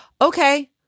Okay